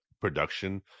production